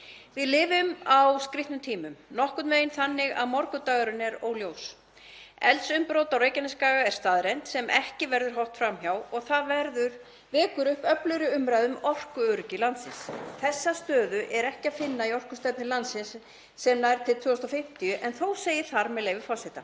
Við lifum á skrýtnum tímum, nokkurn veginn þannig að morgundagurinn er óljós. Eldsumbrot á Reykjanesskaga eru staðreynd sem ekki verður horft fram hjá og það vekur upp öflugri umræðu um orkuöryggi landsins. Þessa stöðu er ekki að finna í orkustefnu landsins sem nær til 2050 en þó segir þar, með leyfi forseta: